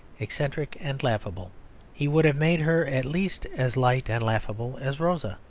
eccentric, and laughable he would have made her at least as light and laughable as rosa.